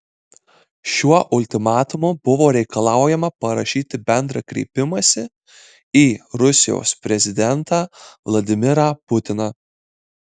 šiuo ultimatumu buvo reikalaujama parašyti bendrą kreipimąsi į rusijos prezidentą vladimirą putiną